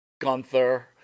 Gunther